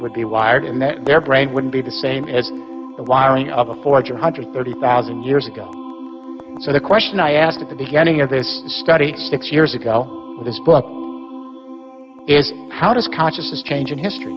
would be wired in their brain wouldn't be the same as the wiring of a forger hundred thirty thousand years ago so the question i asked at the beginning of this study six years ago this book is how does consciousness change in history